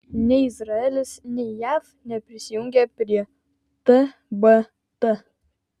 nei izraelis nei jav neprisijungė prie tbt